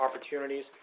opportunities